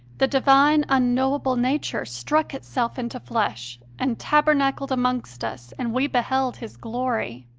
the divine, unknowable nature struck itself into flesh and tabernacled amongst us, and we beheld his glory.